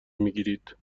میگیرید